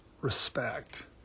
respect